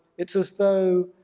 it's as though,